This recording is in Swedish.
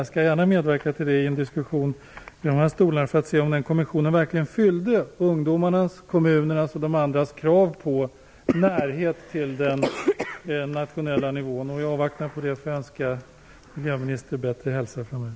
Jag skall gärna medverka till en diskussion i dessa talarstolar för att se om kommissionen har fyllt ungdomarnas, kommunernas och de andras krav på närhet till den nationella nivån. I avvaktan på det får jag önska miljöministern bättre hälsa framöver.